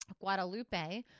Guadalupe